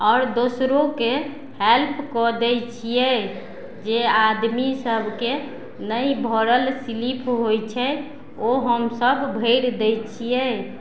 आओर दोसरोके हेल्प कऽ दै छियै जे आदमी सभके नहि भरल स्लीप होइ छै ओ हमसब भरि दै छियै